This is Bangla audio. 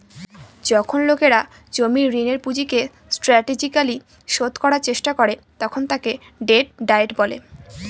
যখন লোকেরা জমির ঋণের পুঁজিকে স্ট্র্যাটেজিকালি শোধ করার চেষ্টা করে তখন তাকে ডেট ডায়েট বলে